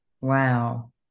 Wow